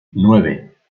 nueve